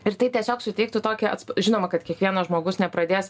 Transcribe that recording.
ir tai tiesiog suteiktų tokią žinoma kad kiekvienas žmogus nepradės